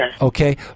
Okay